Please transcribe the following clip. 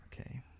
Okay